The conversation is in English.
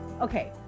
Okay